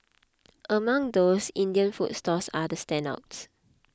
among those Indian food stalls are the standouts